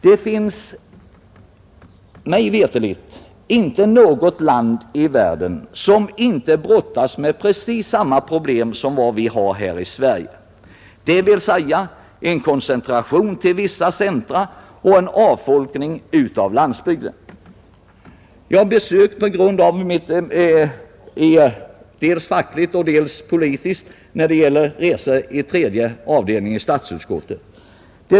Det finns mig veterligt inte något land i världen som inte brottas med precis samma problem som vi har här i Sverige, dvs. en koncentration till vissa centra och en avfolkning av landsbygden. På grund av mitt fackliga och politiska engagemang har jag gjort en del resor, bl.a. med tredje avdelningen i statsutskottet.